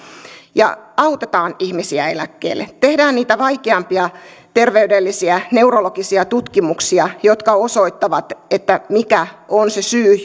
ja autetaan ihmisiä eläkkeelle tehdään niitä vaikeampia terveydellisiä neurologisia tutkimuksia jotka osoittavat mikä on se syy